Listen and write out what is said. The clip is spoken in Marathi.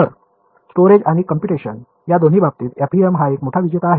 तर स्टोरेज आणि कंप्यूटेशन या दोन्ही बाबतीत FEM एक मोठा विजेता आहे